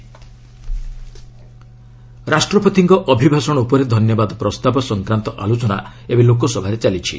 parliament ରାଷ୍ଟ୍ରପତିଙ୍କ ଅଭିଭାଷଣ ଉପରେ ଧନ୍ୟବାଦ ପ୍ରସ୍ତାବ ସଂକ୍ରାନ୍ତ ଆଲୋଚନା ଏବେ ଲୋକସଭାରେ ଚାଲିଛି